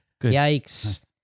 Yikes